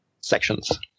sections